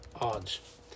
odds